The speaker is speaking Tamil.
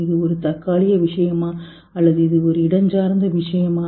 இது ஒரு தற்காலிக விஷயமா அல்லது அது ஒரு இடஞ்சார்ந்த விஷயமா